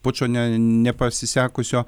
pučo ne nepasisekusio